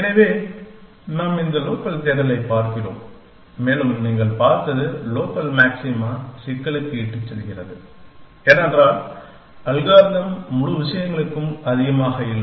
எனவே நாம் இந்த லோக்கல் தேடலைப் பார்க்கிறோம் மேலும் நீங்கள் பார்த்தது லோக்கல் மாக்சிமா சிக்கலுக்கு இட்டுச் செல்கிறது ஏனென்றால் அல்காரிதம் முழு விஷயங்களுக்கும் அதிகமாக இல்லை